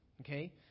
okay